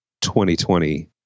2020